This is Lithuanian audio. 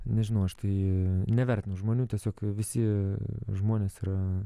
nežinau aš tai nevertinu žmonių tiesiog visi žmonės yra